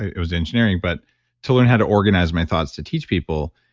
it was engineering. but to learn how to organize my thoughts to teach people,